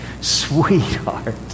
sweetheart